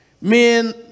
Men